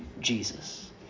Jesus